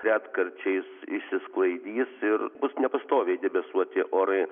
retkarčiais išsisklaidys ir bus nepastoviai debesuoti orai